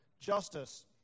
justice